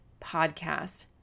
podcast